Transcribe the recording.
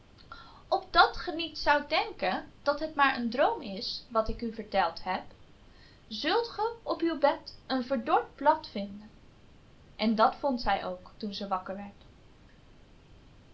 opdat ge niet zoudt denken dat het maar een droom is wat ik u verteld heb zult ge op uw bed een verdord blad vinden en dat vond zij ook toen zij wakker werd